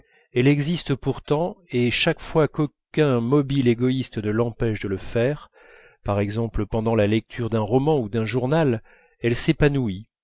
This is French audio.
elle existe pourtant et chaque fois qu'aucun mobile égoïste ne l'empêche de le faire par exemple pendant la lecture d'un roman ou d'un journal elle s'épanouit